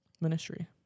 ministry